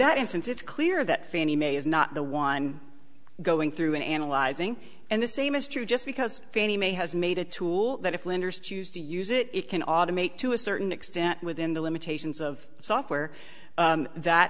that instance it's clear that fannie mae is not the one going through and analyzing and the same is true just because fannie mae has made a tool that if lenders choose to use it it can automate to a certain extent within the limitations of software that